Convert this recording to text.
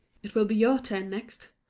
it will be your turn next,